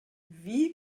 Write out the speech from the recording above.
wie